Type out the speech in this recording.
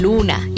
Luna